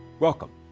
welcome.